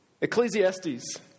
Ecclesiastes